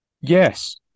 Yes